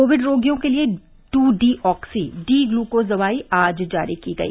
Covid रोगियों के लिए टू डीऑक्सी डी ग्लुकोस दवा आज जारी की गई